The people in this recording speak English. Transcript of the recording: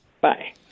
Bye